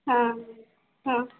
ହଁ ହଁ